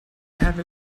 have